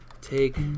take